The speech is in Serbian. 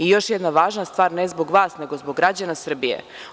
Još jedna važna stvar, ne zbog vas, nego zbog građana Srbije.